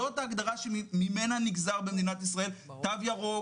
זאת ההגדרה שממנה נגזר במדינת ישראל תו ירוק,